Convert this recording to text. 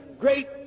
great